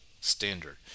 standard